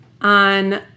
on